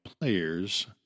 players